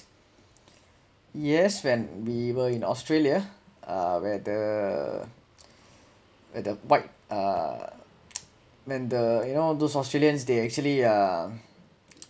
yes when we were in australia uh where the where the white uh man the you know those australians they actually uh